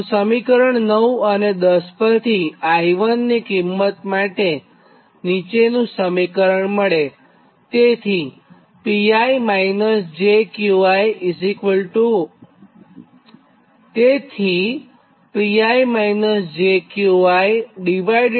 તો સમીકરણ 9 અને 10 પરથી Ii ની કિંમત માટે નીચેનું સમીકરણ મળે